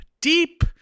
deep